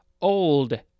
old